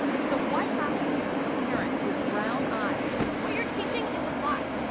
so what happens if a parent with brown eyes what you're teaching is a lie!